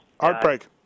heartbreak